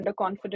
underconfident